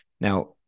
Now